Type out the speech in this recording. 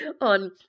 on